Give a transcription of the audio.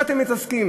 בזה אתם מתעסקים?